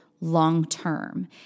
long-term